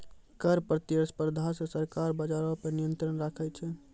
कर प्रतिस्पर्धा से सरकार बजारो पे नियंत्रण राखै छै